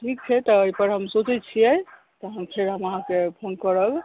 ठीक छै तऽ एहिपर हम सोचैत छियै तऽ फेर हम अहाँकेँ फ़ोन करब